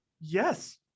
Yes